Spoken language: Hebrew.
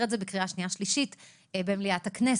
את זה בקריאה שנייה ושלישית במליאת הכנסת.